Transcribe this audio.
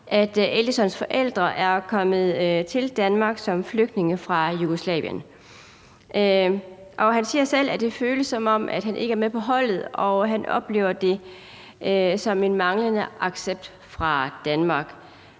at Eldisons forældre er kommet til Danmark som flygtninge fra Jugoslavien. Han siger selv, at det føles, som om han ikke er med på holdet, og han oplever det som en manglende accept fra Danmarks